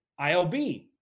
ILB